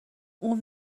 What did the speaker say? اون